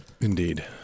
Indeed